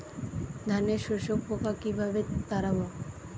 ধানে শোষক পোকা কিভাবে তাড়াব?